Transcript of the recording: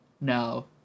No